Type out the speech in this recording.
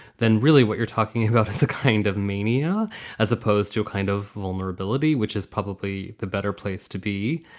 then really what you're talking about is a kind of mania as opposed to a kind of vulnerability, which is probably the better place to be.